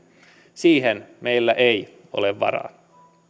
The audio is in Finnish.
siihen meillä ei ole varaa